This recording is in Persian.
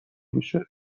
بشه